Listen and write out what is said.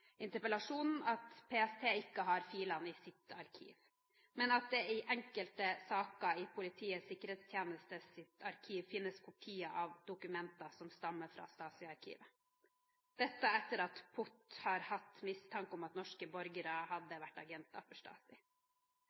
interpellasjonen, at PST ikke har filene i sitt arkiv, men at det i enkelte saker i Politiets sikkerhetstjenestes arkiv finnes kopier av dokumenter som stammer fra Stasi-arkivet, dette etter at POT har hatt mistanke om at norske borgere hadde vært agenter for